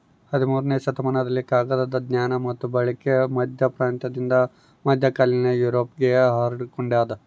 ಹದಿಮೂರನೇ ಶತಮಾನದಲ್ಲಿ ಕಾಗದದ ಜ್ಞಾನ ಮತ್ತು ಬಳಕೆ ಮಧ್ಯಪ್ರಾಚ್ಯದಿಂದ ಮಧ್ಯಕಾಲೀನ ಯುರೋಪ್ಗೆ ಹರಡ್ಯಾದ